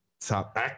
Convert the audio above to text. top